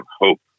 Hope